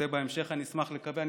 את זה אני אשמח לקבל בהמשך.